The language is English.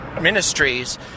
ministries